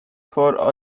for